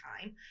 time